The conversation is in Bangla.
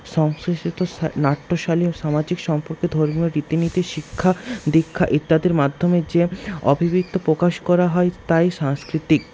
সংশ্লিষ্ট নাট্যশৈলী ও সামাজিক সম্পর্ক ধর্মীয় রীতিনীতি শিক্ষাদীক্ষা ইত্যাদির মাধ্যমে যে অভিব্যক্তি প্রকাশ করা হয় তাই সাংস্কৃতিক